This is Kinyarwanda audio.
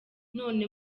none